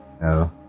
No